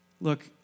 Look